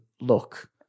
look